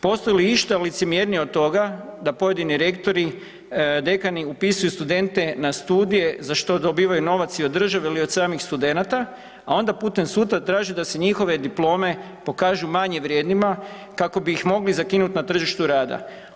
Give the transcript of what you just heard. Postoji li išta licemjernije od toga da pojedini rektori, dekani upisuju studente na studije, za što dobivaju novac i od države ili od samih studenata, a onda putem suda traži da se njihove diplome pokažu manje vrijednima kako bi ih mogli zakinuti na tržištu rada.